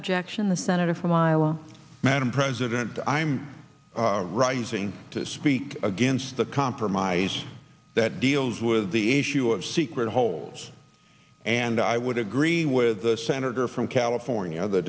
objection the senator from iowa madam president i'm right using to speak against the compromise that deals with the issue of secret holds and i would agree with the senator from california the